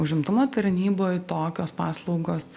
užimtumo tarnyboj tokios paslaugos